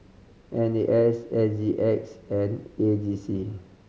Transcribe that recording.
N A S S G X and A G C